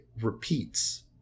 repeats